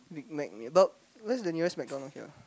Big Mac meal but where's the nearest McDonald's here ah